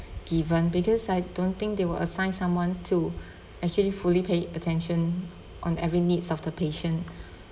given because I don't think they will assign someone to actually fully pay attention on every needs of the patient